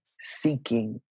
seeking